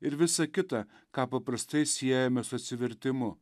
ir visa kita ką paprastai siejame su atsivertimu